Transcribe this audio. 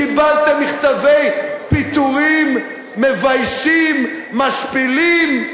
קיבלתם מכתבי פיטורים, מביישים, משפילים.